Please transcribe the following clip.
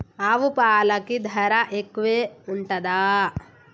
ఆవు పాలకి ధర ఎక్కువే ఉంటదా?